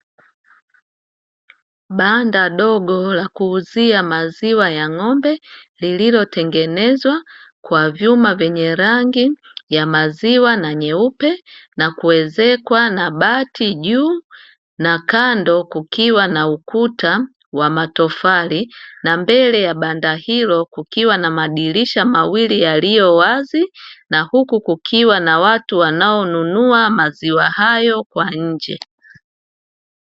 Banda dogo la kuuzia maziwa ya ng'ombe lililotengenezwa kwa vyuma vyenye rangi ya maziwa na nyeupe na kuezekwa na bati juu. Na kando kukiwa na ukuta wa matofali na mbele ya banda hilo kukiwa na madirisha mawili yaliyowazi, na huku kukiwa na watu wanaonunua maziwa hayo kwa nje.